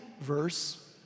verse